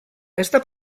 esta